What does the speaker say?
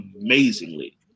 amazingly